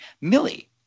Millie